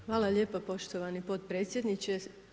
Hvala lijepa poštovani potpredsjedniče.